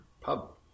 pub